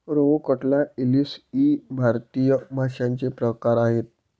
रोहू, कटला, इलीस इ भारतीय माशांचे प्रकार आहेत